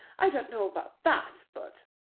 i don't know about that, but,